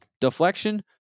deflection